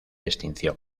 extinción